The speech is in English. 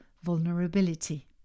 vulnerability